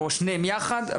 או שניהם יחד,